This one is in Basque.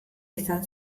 izan